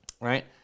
right